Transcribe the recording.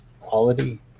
quality